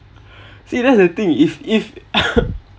see that's the thing if if